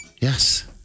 Yes